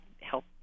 help